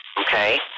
Okay